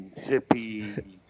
hippie